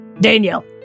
Daniel